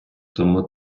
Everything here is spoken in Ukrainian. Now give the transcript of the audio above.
тому